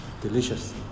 delicious